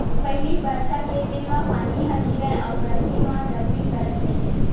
पहिली बरसा के दिन म पानी ह गिरय अउ गरमी म गरमी करथ रहिस